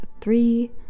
three